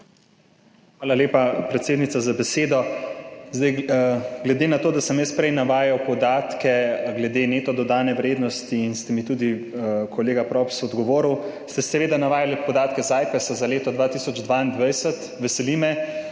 Hvala lepa, predsednica, za besedo. Glede na to, da sem jaz prej navajal podatke glede neto dodane vrednosti in ste mi tudi kolega Props odgovorili, ste seveda navajali podatke z Ajpesa za leto 2022. Veseli me,